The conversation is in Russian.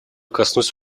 коснусь